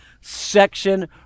section